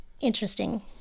interesting